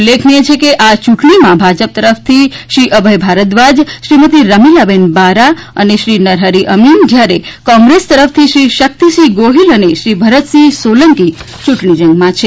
ઉલ્લેખનીય છે કે આ ચૂંટણીમાં ભાજપ તરફથી શ્રી અભય ભારદ્વાજ શ્રીમતી રમીલાબેન બારા અને શ્રી નરહરી અમીત જ્યારે કોગ્રેંસ તરફથી શ્રી શક્તિસિંહ ગોહિલ અને શ્રી ભરતસિંહ સોલંકી ચૂંટણી જંગમાં છે